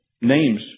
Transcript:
names